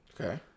Okay